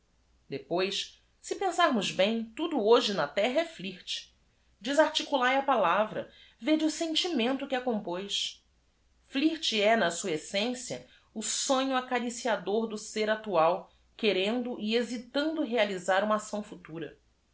epois e pensarmos bem tudo hoje na terra é flirt esárticulae a palavra vêde o sentimento que a compoz l i r t é na sua essência o sonho acariciador do ser actual querendo e hesitando realizar uma acção